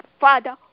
Father